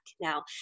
Now